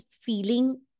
feeling